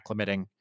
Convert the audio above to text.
acclimating